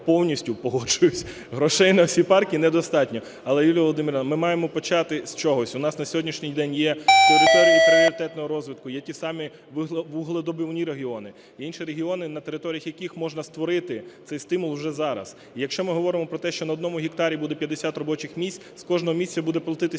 повністю погоджуюсь, грошей на всі парки недостатньо. Але, Юлія Володимирівна, ми маємо почати з чогось. У нас на сьогоднішній день є території пріоритетного розвитку, є ті самі вугледобувні регіони, інші регіони, на територіях яких можна створити цей стимул вже зараз. Якщо ми говоримо про те, що на одному гектарі буде 50 робочих місць, з кожного місяця буде платитися